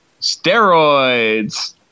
Steroids